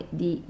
di